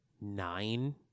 nine